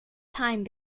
time